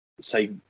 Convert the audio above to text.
Say